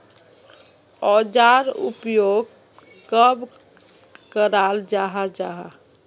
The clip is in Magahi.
औजार उपयोग कब कराल जाहा जाहा?